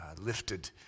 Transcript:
lifted